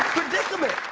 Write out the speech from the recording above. predicament.